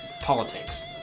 politics